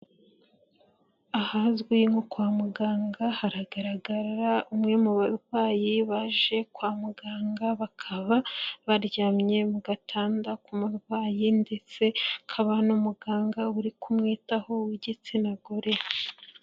Ahazwi nko kwa muganga, haragaragara umwe mu barwayi baje kwa muganga, bakaba baryamye mu gatanda k'umurwayi, ndetse hakaba hari n'umuganga uri kumwitaho w'igitsina gore.